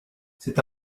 c’est